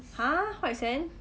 !huh! white sands